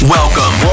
Welcome